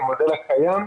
של המודל הקיים,